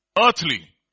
earthly